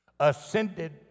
Ascended